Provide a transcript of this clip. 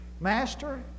Master